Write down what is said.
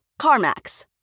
CarMax